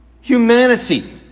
humanity